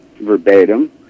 verbatim